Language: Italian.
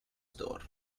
store